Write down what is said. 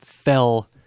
Fell